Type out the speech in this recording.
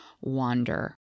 wander